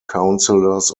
councillors